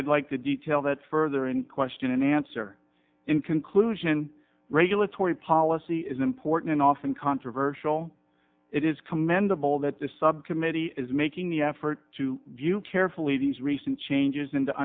i'd like to detail that further in question and answer in conclusion regulatory policy is important and often controversial it is commendable that the subcommittee is making the effort to view carefully these recent changes in to